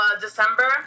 December